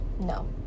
No